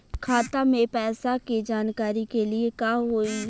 खाता मे पैसा के जानकारी के लिए का होई?